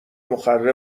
مخرب